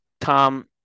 Tom